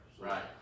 Right